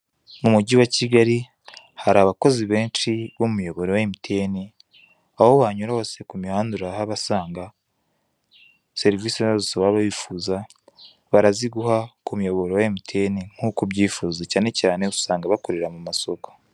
Mumugi wa kigali hari abakozi benshi bo mumiyoboro ya MTN aho wanyura hose kumihanda urahabasanga serivisi izarizo zose waba wifuza baraziguha kumiyoboro ya MTN nkuko ubyifuza cyane cyane usanga bakorera mumasoko.